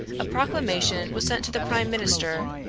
a proclamation was sent to the prime minister,